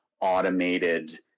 automated